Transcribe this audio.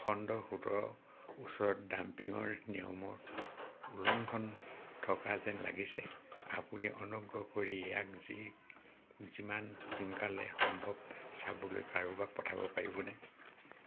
খণ্ড সোতৰ ওচৰত ডাম্পিঙৰ নিয়মৰ উলংঘন থকা যেন লাগিছে আপুনি অনুগ্ৰহ কৰি ইয়াক যি যিমান সোনকালে সম্ভৱ চাবলৈ কাৰোবাক পঠাব পাৰিবনে